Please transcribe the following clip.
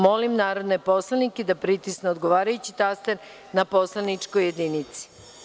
Molim narodne poslanike da pritisnu odgovarajući taster na poslaničkoj jedinici.